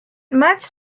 much